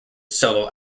solo